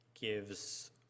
gives